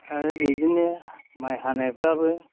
आरो बिदिनो माइ हानायफोराबो